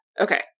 Okay